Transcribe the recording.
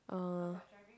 uh